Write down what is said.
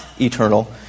eternal